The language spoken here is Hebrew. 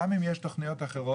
גם אם יש תכניות אחרות.